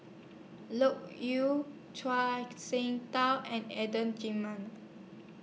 Loke Yew Shengtao and Adan Jimenez